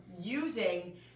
using